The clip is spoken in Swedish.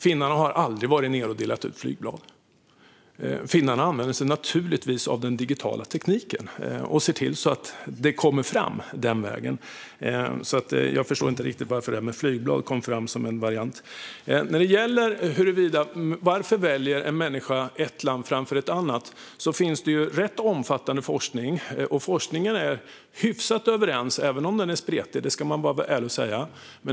Finnarna har aldrig varit nere och delat ut flygblad. De använder sig naturligtvis av den digitala tekniken och ser till så att det kommer fram den vägen. Jag förstår inte riktigt varför det här med flygblad kom upp som en variant. När det gäller varför en människa väljer ett land framför ett annat finns det rätt omfattande forskning. Den är hyfsat överens även om den är spretig - det ska man vara ärlig och säga.